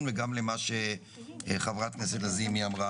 וגם למה שאמרה עכשיו חברת הכנסת לזימי.